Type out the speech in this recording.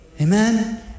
Amen